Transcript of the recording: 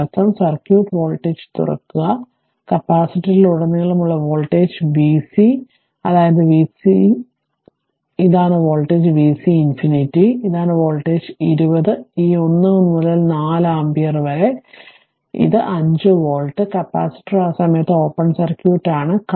അതിനർത്ഥം circuit voltage തുറക്കുക അതായത് കപ്പാസിറ്ററിലുടനീളമുള്ള വോൾട്ടേജ് vc that അതായത് vc voltage ഇതാണ് വോൾട്ടേജ് vc ∞ ഇതാണ് വോൾട്ടേജ് ഈ 20 ഈ 1 മുതൽ 4 ആമ്പിയർ വരെ അതായത് 5 വോൾട്ട് കപ്പാസിറ്റർ ആ സമയത്ത് ഓപ്പൺ സർക്യൂട്ടാണ്